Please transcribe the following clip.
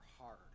hard